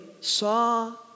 saw